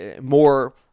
more